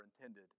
intended